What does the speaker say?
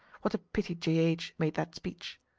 what a pity j h. made that speech!